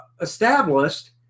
established